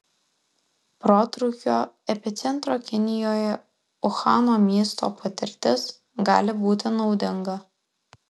protrūkio epicentro kinijoje uhano miesto patirtis gali būti naudinga